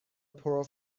پرو